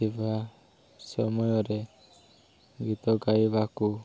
ଥିବା ସମୟରେ ଗୀତ ଗାଇବାକୁ